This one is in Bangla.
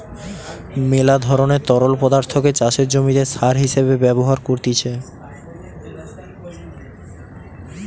মেলা ধরণের তরল পদার্থকে চাষের জমিতে সার হিসেবে ব্যবহার করতিছে